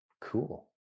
Cool